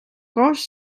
cos